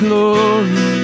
Glory